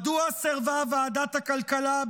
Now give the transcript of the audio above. מדוע סירבה ועדת הכלכלה,